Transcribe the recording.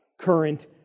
current